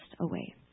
away